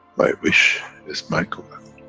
my wish is my command.